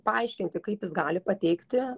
paaiškinti kaip jis gali pateikti